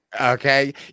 okay